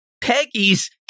Peggy's